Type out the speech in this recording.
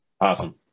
Awesome